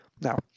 Now